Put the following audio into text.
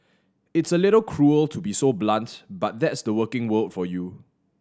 it's a little cruel to be so blunt but that's the working world for you